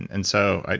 and so,